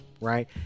right